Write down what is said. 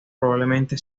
probablemente